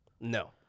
No